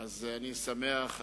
אני שמח,